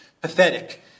pathetic